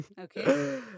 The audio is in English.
Okay